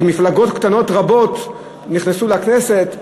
מפלגות קטנות רבות נכנסו לכנסת,